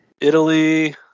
Italy